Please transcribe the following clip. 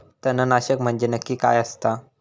तणनाशक म्हंजे नक्की काय असता?